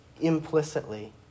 Implicitly